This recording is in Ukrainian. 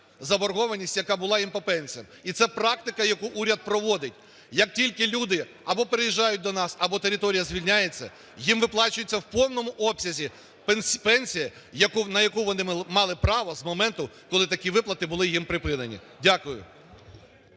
заборгованість, яка була їм по пенсіям. І це практика, яку уряду проводить. Як тільки люди або переїжджають до нас, або територія звільняється, їм виплачується в повному обсязі пенсія, на яку вони мали право з моменту, коли такі виплати були їм припинені. Дякую.